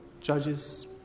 judges